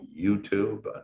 YouTube